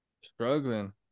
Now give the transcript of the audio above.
Struggling